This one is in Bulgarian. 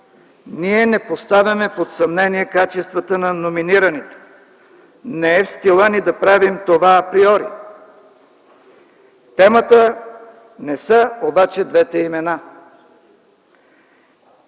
Ние не поставяме под съмнение качествата на номинираните, не е в стила ни да правим това априори. Темата обаче не са двете имена.